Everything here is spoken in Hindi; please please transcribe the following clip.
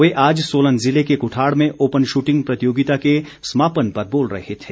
वे आज सोलन ज़िले के कुठाड़ में ओपन शूटिंग प्रतियोगिता के समापन पर बोल रहे थे